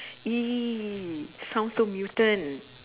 !ee! sound so mutant